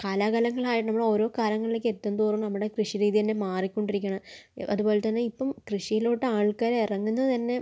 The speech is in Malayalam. കാലാകാലങ്ങളായിട്ടുള്ള നമ്മൾ ഓരോ കാലങ്ങളിലേക്ക് എത്തുന്തോറും നമ്മുടെ കൃഷി രീതി തന്നെ മാറിക്കൊണ്ടിരിക്കുകയാണ് അതുപോലെതന്നെ ഇപ്പം കൃഷിയിലോട്ട് ആൾക്കാർ ഇറങ്ങുന്നത് തന്നെ